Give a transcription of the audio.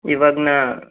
ಇವಾಗ ನಾನು